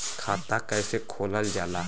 खाता कैसे खोलल जाला?